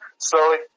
slowly